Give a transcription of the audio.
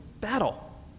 battle